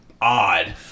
odd